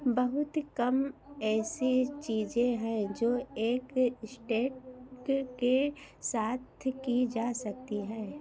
बहुत कम ऐसी चीज़ें हैं जो एक इस्टेक के साथ की जा सकती हैं